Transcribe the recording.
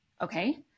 Okay